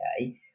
okay